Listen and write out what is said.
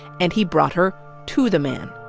and he brought her to the man.